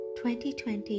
2020